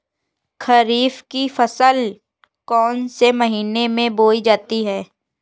खरीफ की फसल कौन से महीने में बोई जाती है?